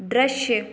दृश्य